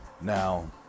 Now